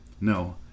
No